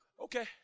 Okay